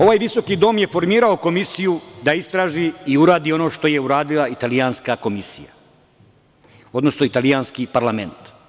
Ovaj visoki dom je formirao Komisiju da istraži i uradi ono što je uradila italijanska Komisija, odnosno italijanski parlament.